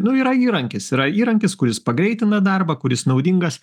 nu yra įrankis yra įrankis kuris pagreitina darbą kuris naudingas